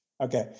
Okay